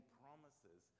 promises